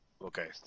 Okay